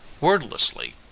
Wordlessly